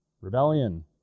rebellion